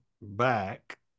back